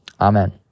Amen